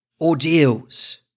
Ordeals